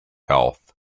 health